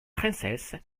princesse